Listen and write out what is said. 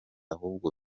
ahubwo